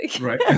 Right